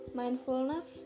mindfulness